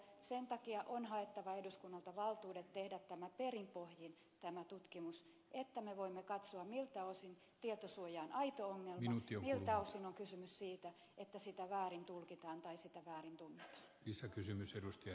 sen takia on haettava eduskunnalta valtuudet tehdä tämä tutkimus perinpohjin että me voimme katsoa miltä osin tietosuoja on aito ongelma miltä osin on kysymys siitä että sitä väärin tulkitaan tai sitä väärin tunnetaan